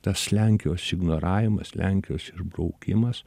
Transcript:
tas lenkijos ignoravimas lenkijos išbraukimas